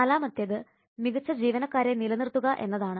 നാലാമത്തേത് മികച്ച ജീവനക്കാരെ നിലനിർത്തുക എന്നതാണ്